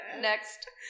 Next